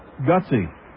Gutsy